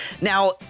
Now